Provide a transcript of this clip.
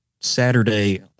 Saturday